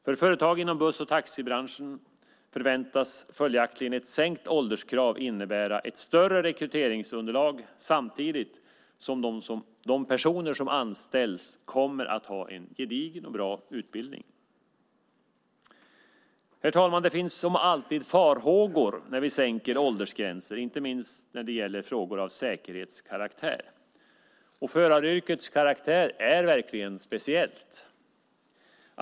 För företagen inom buss och taxibranscherna förväntas följaktligen ett sänkt ålderskrav innebära ett större rekryteringsunderlag samtidigt som de personer som anställs kommer att ha en gedigen och bra utbildning. Herr talman! Det finns som alltid farhågor när vi sänker åldersgränser, inte minst när det gäller frågor av säkerhetskaraktär. Och föraryrkets karaktär är verkligen speciellt.